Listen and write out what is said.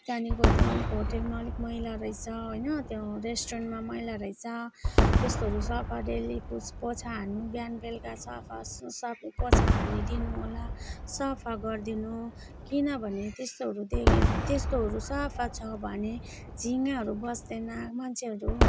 त्यहाँदेखिको त्यहाँ अलिक होटेलमा अलिक मैला रहेछ होइन त्यो रेस्टुरेन्टमा मैला रहेछ त्यस्तोहरू सफा डेली पुछ पोछा हान्नु बिहान बेलुका सफा स सबै पोछा हानिदिनु होला सफा गरिदिनु किनभने त्यस्तोहरू देख्यो त्यस्तोहरू सफा छ भने झिँगाहरू बस्दैन मान्छेहरू